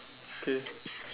okay